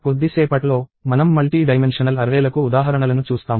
కొద్దిసేపట్లో మనం multi dimensional అర్రేలకు ఉదాహరణలను చూస్తాము